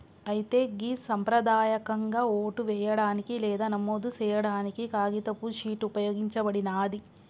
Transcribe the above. అయితే గి సంప్రదాయకంగా ఓటు వేయడానికి లేదా నమోదు సేయాడానికి కాగితపు షీట్ ఉపయోగించబడినాది